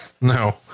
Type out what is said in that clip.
No